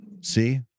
see